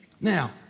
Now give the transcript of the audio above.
Now